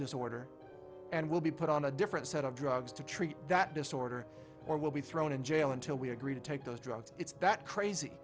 disorder and will be put on a different set of drugs to treat that disorder or will be thrown in jail until we agree to take those drugs it's that crazy